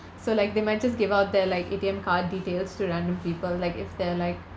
so like they might just give out their like A_T_M card details to random people like if they're like